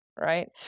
right